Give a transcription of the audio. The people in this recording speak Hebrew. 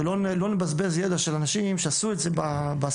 ולא נבזבז ידע של אנשים שעשו את זה בספורט,